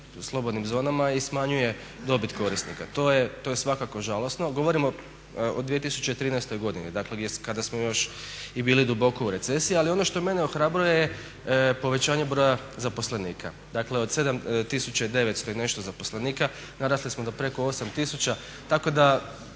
slobodnim zonama i smanjuje dobit korisnika. To je svakako žalosno. Govorimo o 2013. godini dakle kada smo još i bili duboko u recesiji ali ono što mene ohrabruje je povećanje broja zaposlenika, dakle od 7 900 i nešto zaposlenika narasli smo do preko 8 tisuća tako da